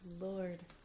Lord